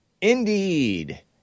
Indeed